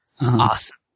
Awesome